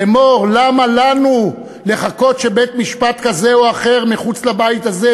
לאמור: למה לנו לחכות שבית-משפט כזה או אחר מחוץ לבית הזה